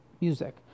music